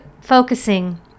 focusing